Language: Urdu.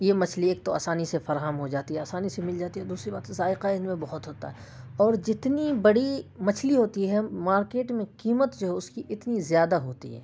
یہ مچھلی ایک تو آسانی سے فراہم ہو جاتی ہے آسانی سے مل جاتی ہے دوسری بات ذائقہ ان میں بہت ہوتا ہے اور جتنی بڑی مچھلی ہوتی ہے مارکیٹ میں قیمت جو ہے اس کی اتنی زیادہ ہوتی ہے